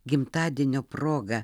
gimtadienio proga